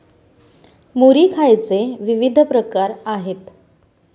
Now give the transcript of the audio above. मुरी खायचे विविध प्रकार आहेत